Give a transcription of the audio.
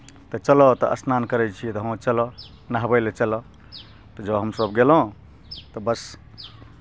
तऽ चलह तऽ स्नान करै छियै तऽ हँ चलह नहबै लए चलह तऽ जब हमसभ गेलहुँ तऽ बस